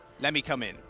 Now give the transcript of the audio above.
let me come in.